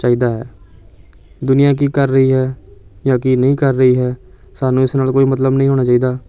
ਚਾਹੀਦਾ ਹੈ ਦੁਨੀਆਂ ਕੀ ਕਰ ਰਹੀ ਹੈ ਜਾਂ ਕੀ ਨਹੀਂ ਕਰ ਰਹੀ ਹੈ ਸਾਨੂੰ ਇਸ ਨਾਲ ਕੋਈ ਮਤਲਬ ਨਹੀਂ ਹੋਣਾ ਚਾਹੀਦਾ